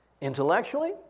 Intellectually